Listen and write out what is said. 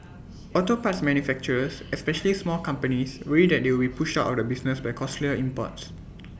auto parts manufacturers especially small companies worry they would be pushed out of business by costlier imports